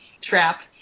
trap